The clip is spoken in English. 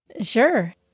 Sure